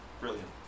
Brilliant